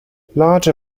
large